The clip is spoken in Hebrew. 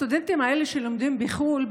הסטודנטים האלה שלומדים בחו"ל,